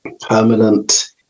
permanent